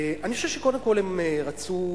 אני חושב שקודם כול הם רצו,